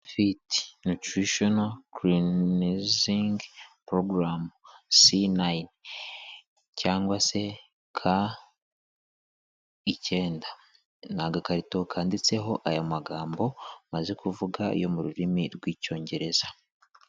F.I.T Nutritional Cleansing Program C9 cyangwa se K ikenda. Ni agakarito kanditseho aya magambo maze kuvuga yo mu rurimi rw'Icyongereza